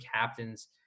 captains